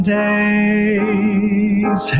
days